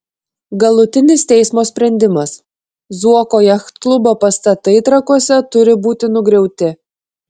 galutinis teismo sprendimas zuoko jachtklubo pastatai trakuose turi būti nugriauti